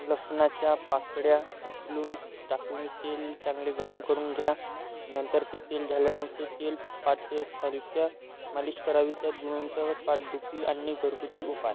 लसणाच्या पाकळ्या उचलून टाकून तेल चांगले गरम करून घ्या नंतर ते तेल झाल्यानं ते तेल मालिश करावी त्यात च्या पाठदुखी आणि घरगुती उपाय